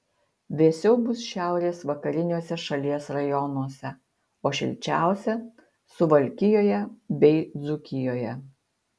vėsiau bus šiaurės vakariniuose šalies rajonuose o šilčiausia suvalkijoje bei dzūkijoje